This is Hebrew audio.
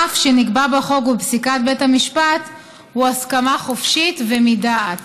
הרף שנקבע בחוק ובפסיקת בית המשפט הוא הסכמה חופשית ומדעת.